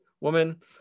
woman